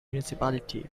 municipality